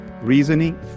Reasoning